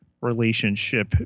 relationship